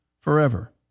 forever